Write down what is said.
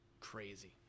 Crazy